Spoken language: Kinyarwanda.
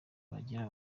bagira